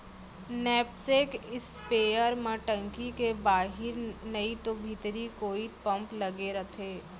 knapsack spare म टंकी के बाहिर नइतो भीतरी कोइत पम्प लगे रथे